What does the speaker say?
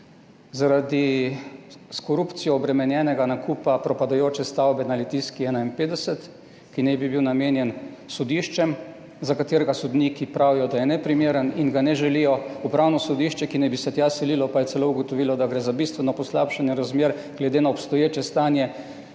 zaradi s korupcijo obremenjenega nakupa propadajoče stavbe na Litijski 51, ki naj bi bila namenjena sodiščem, za katero sodniki pravijo, da je neprimerna in je ne želijo. Upravno sodišče, ki naj bi se tja selilo, pa je celo ugotovilo, da gre za bistveno poslabšanje razmer glede na obstoječe stanje.